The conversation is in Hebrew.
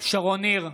שרון ניר,